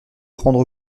prendre